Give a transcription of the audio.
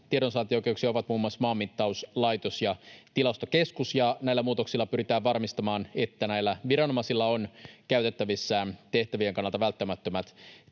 tiedonsaantioikeuksia, ovat muun muassa Maanmittauslaitos ja Tilastokeskus, ja näillä muutoksilla pyritään varmistamaan, että näillä viranomaisilla on käytettävissään tehtävien kannalta välttämättömät